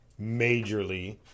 majorly